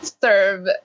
serve